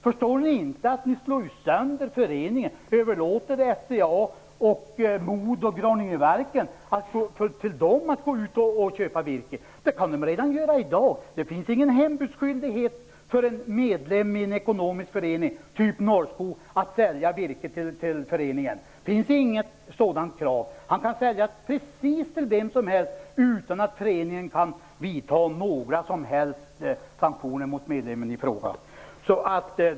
Förstår ni inte att ni slår sönder föreningen och överlåter åt SCA, Modo och Graningeverken att gå ut och köpa virke? Det kan de göra redan i dag. Det finns ingen hembudsskyldighet för en medlem i en ekonomisk förening, t.ex. Norrskog, att sälja virke till föreningen. Det finns inget sådant krav. Han kan sälja precis till vem som helst utan att föreningen kan vidta några som helst sanktioner mot medlemmen i fråga.